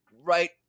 right